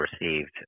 received